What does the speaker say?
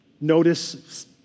notice